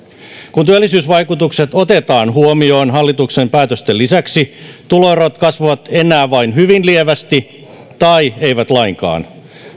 kun työllisyysvaikutukset otetaan huomioon hallituksen päätösten lisäksi tuloerot kasvavat enää vain hyvin lievästi tai eivät lainkaan